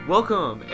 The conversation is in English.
Welcome